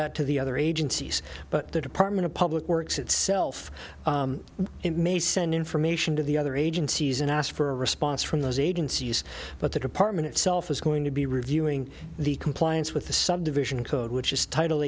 that to the other agencies but the department of public works itself it may send information to the other agencies and ask for a response from those agencies but the department itself is going to be reviewing the compliance with the subdivision code which is t